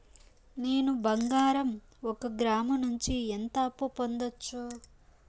నేను బంగారం ఒక గ్రాము నుంచి ఎంత అప్పు పొందొచ్చు